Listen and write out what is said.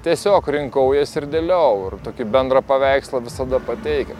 tiesiog rinkau jas ir dėliojau ir tokį bendrą paveikslą visada pateikia